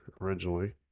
originally